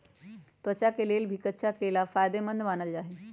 त्वचा के लेल भी कच्चा केला फायेदेमंद मानल जाई छई